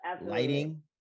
Lighting